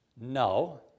No